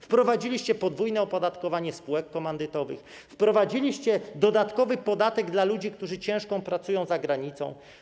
Wprowadziliście podwójne opodatkowanie spółek komandytowych, wprowadziliście dodatkowy podatek dla ludzi, którzy ciężko pracują za granicą.